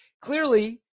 clearly